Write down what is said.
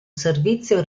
servizio